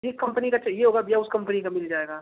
जिस कम्पनी का चाहिए होगा भैया उस कम्पनी का मिल जाएगा